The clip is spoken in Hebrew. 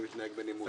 אני מתנהג בנימוס.